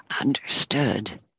understood